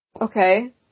okay